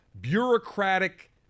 Bureaucratic